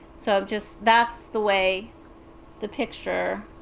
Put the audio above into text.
so just that's the way the picture